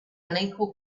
unequal